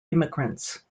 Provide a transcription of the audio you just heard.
immigrants